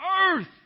earth